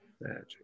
Magic